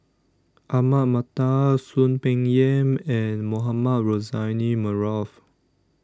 Ahmad Mattar Soon Peng Yam and Mohamed Rozani Maarof